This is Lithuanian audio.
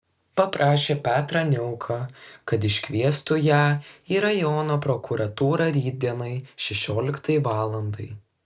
paprašė petrą niauką kad iškviestų ją į rajono prokuratūrą rytdienai šešioliktai valandai